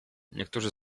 niektórzy